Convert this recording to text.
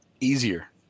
easier